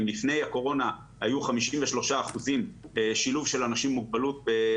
אם לפני הקורונה היו חמישים ושלושה אחוזים מהאנשים עם מוגבלות שלא עבדו,